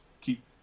keep